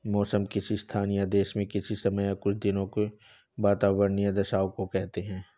मौसम किसी स्थान या देश में किसी समय या कुछ दिनों की वातावार्नीय दशाओं को कहते हैं